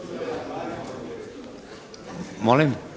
Molim?